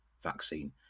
vaccine